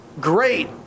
Great